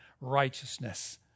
righteousness